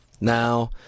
Now